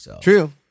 True